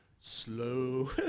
slow